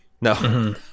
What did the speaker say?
no